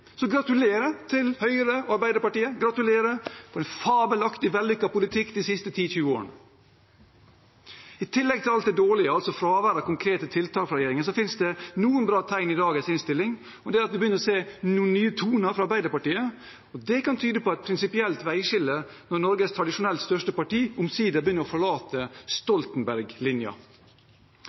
Så gratulerer til Høyre og Arbeiderpartiet med en fabelaktig vellykket politikk de siste 10–20 årene. Men i tillegg til alt det dårlige, altså fravær av konkrete tiltak fra regjeringens side, finnes det noen bra tegn i dagens innstilling, og det er at vi begynner å se noen nye toner fra Arbeiderpartiet. Det kan tyde på et prinsipielt veiskille at Norges tradisjonelt største parti omsider begynner å forlate